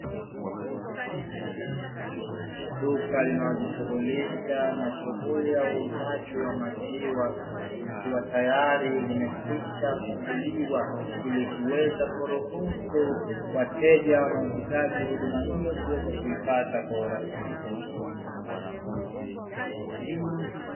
Duka linalojishughulisha na shughuli ya uuzaji wa maziwa, likiwa tayari limekwisha funguliwa ili kuweza kuruhusu wateja wanaohitaji huduma hiyo kuweza kuipata kwa urahisi.